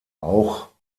auch